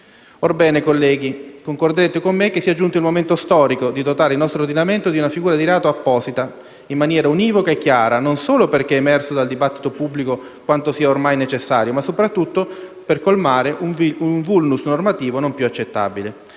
Orbene, colleghi, concorderete con me che sia giunto il momento storico di dotare il nostro ordinamento di una figura di reato apposita, in maniera univoca e chiara, non solo perché è emerso dal dibattito pubblico quanto sia ormai necessario, ma soprattutto colmare un *vulnus* normativo non più accettabile.